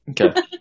Okay